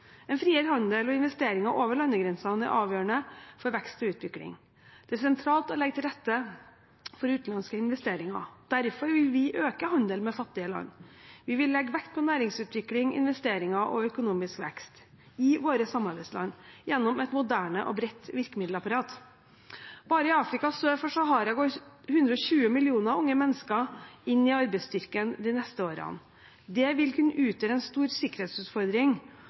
En friere handel og investeringer over landegrensene er avgjørende for vekst og utvikling. Det er sentralt å legge til rette for utenlandske investeringer. Derfor vil vi øke handelen med fattige land. Vi vil legge vekt på næringsutvikling, investeringer og økonomisk vekst i våre samarbeidsland gjennom et moderne og bredt virkemiddelapparat. Bare i Afrika sør for Sahara går 120 millioner unge mennesker inn i arbeidsstyrken de neste årene. Det vil kunne utgjøre en stor sikkerhetsutfordring